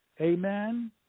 Amen